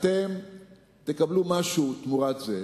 אתם תקבלו משהו תמורת זה.